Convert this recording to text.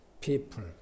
people